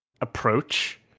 approach